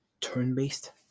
turn-based